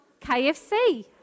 KFC